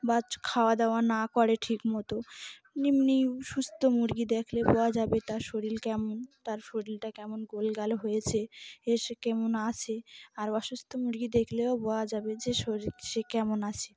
বা খাওয়া দাওয়া না করে ঠিক মতো এমনি সুস্থ মুরগি দেখলে বোঝা যাবে তার শরীর কেমন তার শরীরটা কেমন গোলগাল হয়েছে এসে কেমন আছে আর অসুস্থ মুরগি দেখলেও বওয়া যাবে যে শরীর সে কেমন আছে